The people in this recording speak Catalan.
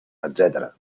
etcètera